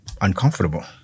uncomfortable